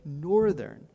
northern